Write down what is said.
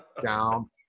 down